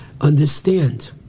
understand